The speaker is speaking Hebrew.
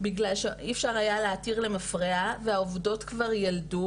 משום שאי אפשר היה להתיר למפרעה והעובדות כבר ילדו